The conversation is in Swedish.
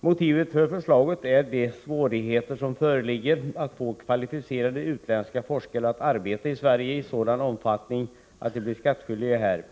Motivet för förslaget är de svårigheter som föreligger att få kvalificerade utländska forskare att arbeta i Sverige i sådan omfattning att de blir skattskyldiga här.